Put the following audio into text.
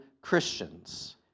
Christians